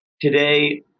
Today